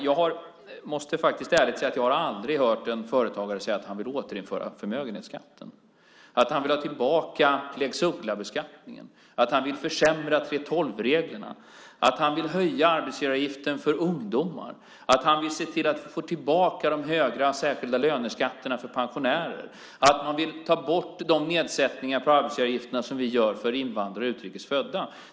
Jag måste ärligt säga att jag aldrig har hört en företagare säga att han vill återinföra förmögenhetsskatten, att han vill ha tillbaka lex Uggla-beskattningen, att han vill försämra 3:12-reglerna, att han vill höja arbetsgivaravgiften för ungdomar, att han vill se till att få tillbaka de högre särskilda löneskatterna för pensionärer eller att han vill ta bort de nedsättningar på arbetsgivaravgifterna som vi gör för invandrare och utrikes födda.